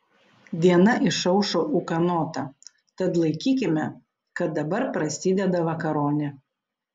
diena išaušo ūkanota tad laikykime kad dabar prasideda vakaronė